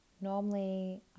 normally